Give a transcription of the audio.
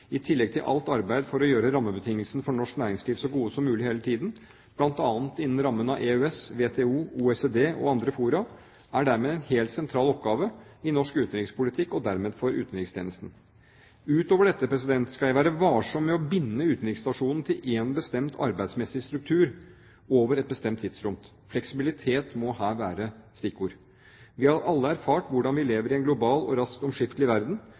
i tillegg til alt arbeid for å gjøre rammebetingelsene for norsk næringsliv så gode som mulig hele tiden – bl.a. innen rammen av EØS, WTO, OECD og andre fora, er en helt sentral oppgave i norsk utenrikspolitikk og dermed for utenrikstjenesten. Utover dette skal jeg være varsom med å binde utenriksstasjonene til én bestemt arbeidsmessig struktur over et bestemt tidsrom. Fleksibilitet må her være stikkordet. Vi har alle erfart hvordan vi lever i en global og raskt omskiftelig verden,